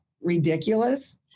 ridiculous